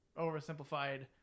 oversimplified